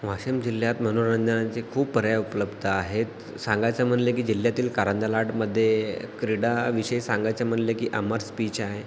वाशिम जिल्ह्यात मनोरंजनाचे खूप पर्याय उपलब्ध आहेत सांगायचं म्हणलं की जिल्ह्यातील कारंजा लाडमध्ये क्रीडाविषयी सांगायचं म्हणलं की अमर स्पीच आहे